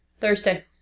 Thursday